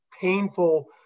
painful